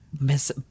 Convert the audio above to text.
Miss